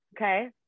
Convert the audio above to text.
Okay